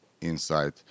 inside